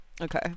Okay